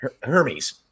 Hermes